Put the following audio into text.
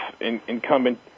incumbent